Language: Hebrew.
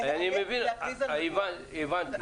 הבנתי.